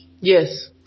Yes